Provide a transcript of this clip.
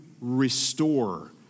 restore